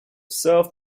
self